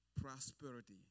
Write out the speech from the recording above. prosperity